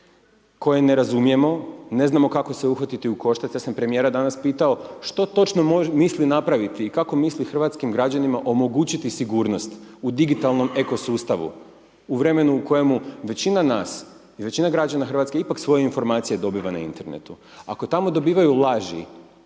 koje ne razumijemo, ne znamo kako se uhvatiti u koštac, ja sam premijera danas pitao što točno misli napraviti i kako misli hrvatskim građanima omogućiti sigurnost u digitalnom ekosustavu, u vremenu u kojemu većina nas, većina građana Hrvatske ipak svoje informacije dobiva na internetu. Ako tamo dobivaju laži,